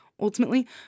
ultimately